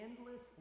endless